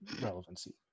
relevancy